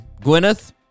Gwyneth